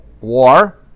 war